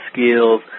skills